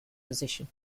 position